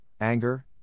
anger